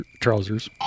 trousers